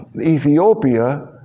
Ethiopia